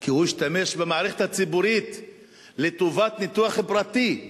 כי הוא השתמש במערכת הציבורית לטובת ניתוח פרטי.